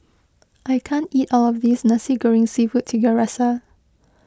I can't eat all of this Nasi Goreng Seafood Tiga Rasa